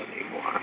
anymore